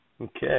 Okay